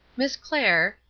miss clair,